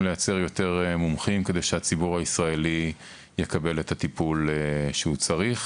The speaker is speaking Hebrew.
לייצר יותר מומחים כדי שהציבור הישראלי יקבל את הטיפול שהוא צריך.